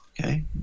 okay